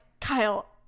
Kyle